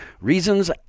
Reasons